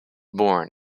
born